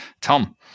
tom